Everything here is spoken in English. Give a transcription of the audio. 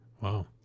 wow